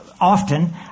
often